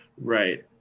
Right